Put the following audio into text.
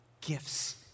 gifts